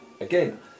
Again